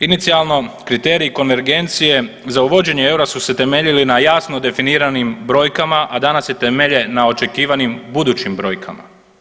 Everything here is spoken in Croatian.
Inicijalno, kriterij konvergencije za uvođenje eura su se temeljili na jasno definiranim brojkama, a danas se temelje na očekivanim budućim brojkama.